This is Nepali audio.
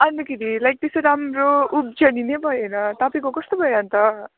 अन्तखेरि लाइक त्यस्तो राम्रो उब्जनी नै भएन तपाईँको कस्तो भयो अन्त